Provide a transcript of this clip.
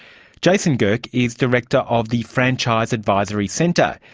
jason gehrke is director of the franchise advisory centre.